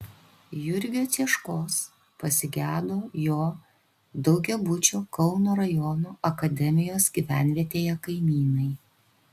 jurgio cieškos pasigedo jo daugiabučio kauno rajono akademijos gyvenvietėje kaimynai